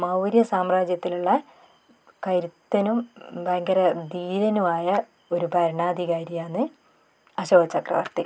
മൗര്യസാമ്രാജ്യത്തിലുള്ള കരുത്തനും ഭയങ്കര ധീരനുമായ ഒരു ഭരണാധികാരിയാണ് അശോകചക്രവർത്തി